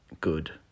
good